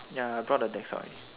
ya I brought the decks out ready